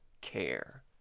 care